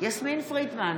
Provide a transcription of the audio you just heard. יסמין פרידמן,